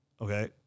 Okay